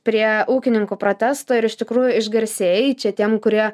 prie ūkininkų protesto ir iš tikrųjų išgarsėjai čia tiem kurie